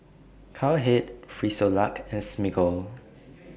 Cowhead Frisolac and Smiggle